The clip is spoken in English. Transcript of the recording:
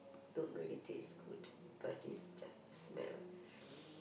don't really taste good but it's just smell